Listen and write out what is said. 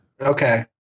Okay